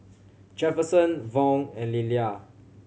Jefferson Vaughn and Lilia